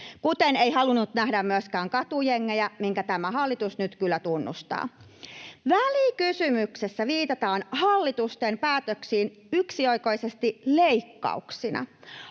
kuten ei halunnut nähdä myöskään katujengejä, mitkä tämä hallitus nyt kyllä tunnistaa. Välikysymyksessä viitataan hallituksen päätöksiin yksioikoisesti leikkauksina.